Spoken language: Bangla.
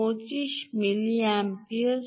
25 মিলি অ্যাম্পিয়ারস